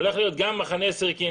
הולך להיות גם מחנה סירקין,